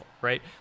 right